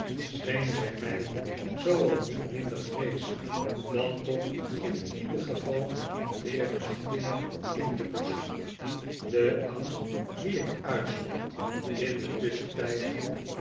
scheen zij mij zoo al niet minder vrees dan toch in ieder geval meer achting in te boezemen de angst dien ik uitstond in den tusschentijd